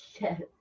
Yes